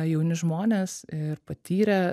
jauni žmonės ir patyrę